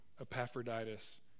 Epaphroditus